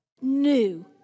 new